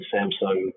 Samsung